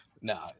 No